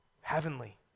heavenly